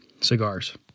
cigars